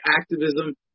activism